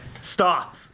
Stop